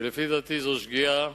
לפי דעתי זאת שגיאה.